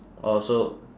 oh so